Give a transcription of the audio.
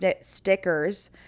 stickers